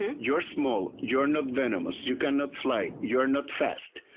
you're small, you're not venomous, you cannot fly, you're not fast,